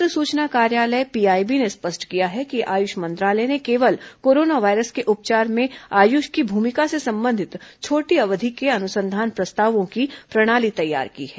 पत्र सूचना कार्यालय पीआईबी ने स्पष्ट किया है कि आयुष मंत्रालय ने केवल कोरोना वायरस के उपचार में आयुष की भूमिका से संबंधित छोटी अवधि के अनुसंधान प्रस्तावों की प्रणाली तैयार की है